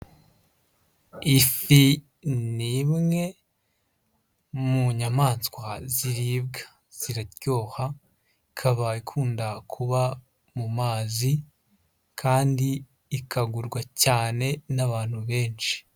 Ifi ni imwe mu nyamaswa ziribwa, ziraryoha ikaba ikunda kuba mu mazi kandi ikagurwa cyane n'abantu benshi.